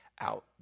out